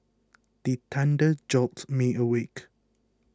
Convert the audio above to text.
the thunder jolt me awake